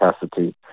capacity